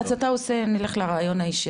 אז נלך לריאיון האישי,